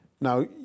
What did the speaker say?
Now